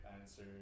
answer